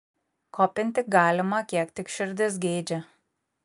kopinti galima kiek tik širdis geidžia